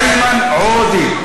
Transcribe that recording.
איימן עוֹדֶה.